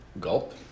Gulp